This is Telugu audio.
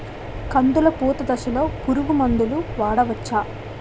కందులు పూత దశలో పురుగు మందులు వాడవచ్చా?